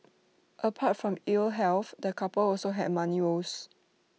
apart from ill health the couple also had money woes